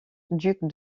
duc